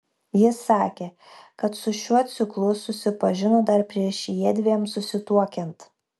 jis sakė kad su šiuo ciklu susipažino dar prieš jiedviem susituokiant